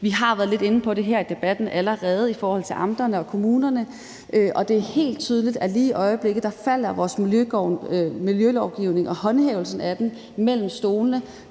Vi har været lidt inde på det her i debatten allerede forhold til amterne og kommunerne, og det er helt tydeligt, at vores miljølovgivning og håndhævelsen af den mellem stolene.